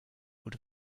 would